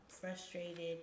frustrated